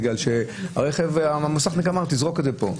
בגלל שהמוסכניק אמר: תזרוק את זה פה.